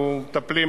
אנחנו מטפלים,